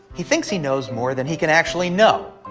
he thinks he knows more than he can actually know.